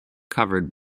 covered